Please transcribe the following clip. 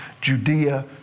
Judea